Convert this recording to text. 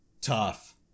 tough